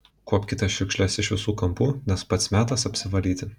kuopkite šiukšles iš visų kampų nes pats metas apsivalyti